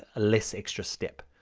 ah less extra step.